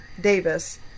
Davis